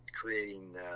creating